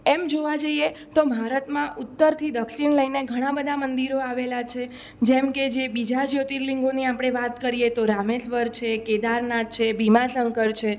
એમ જોવા જઈએ તો ભારતમાં ઉત્તરથી દક્ષિણ લઈને ઘણા બધા મંદિરો આવેલા છે જેમ કે જે બીજા જ્યોર્તિલીંગોની આપણે વાત કરીએ તો રામેશ્વર છે કેદારનાથ છે ભીમા શંકર છે